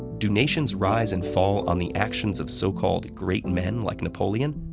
do nations rise and fall on the actions of so-called great men like napoleon,